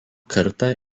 kartą